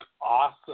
awesome